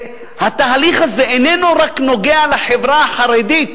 והתהליך הזה איננו נוגע רק לחברה החרדית,